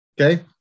Okay